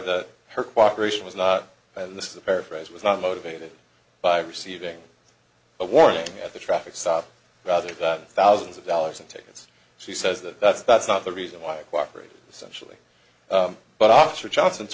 that her cooperation was not by this is a paraphrase was not motivated by receiving a warning at the traffic stop rather than thousands of dollars in tickets she says that that's that's not the reason why i cooperated essentially but officer johnson